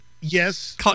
Yes